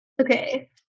Okay